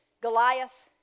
Goliath